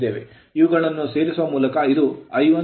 ಇವುಗಳನ್ನು ಸೇರಿಸುವ ಮೂಲಕ ಇದು I1103